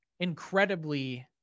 incredibly